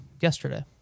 Yesterday